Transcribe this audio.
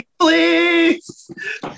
please